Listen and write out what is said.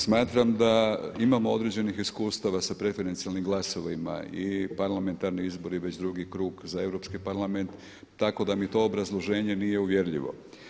Smatram da imamo određenih iskustava sa preferencijalnim glasovima i parlamentarni izbori već drugi krug, za Europski parlament tako da mi to obrazloženje nije uvjerljivo.